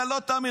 אתה לא תאמין.